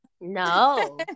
No